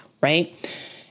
right